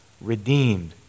redeemed